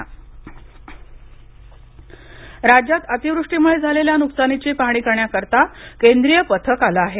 केंद्रीय पथक राज्यात अतिवृष्टीमुळे झालेल्या नुकसानीची पाहणी करण्याकरीता केंद्रीय पथक आलं हे